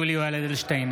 יולי יואל אדלשטיין,